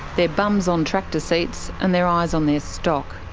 their bums on tractor seats, and their eyes on their stock.